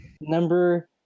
Number